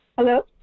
Hello